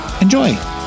enjoy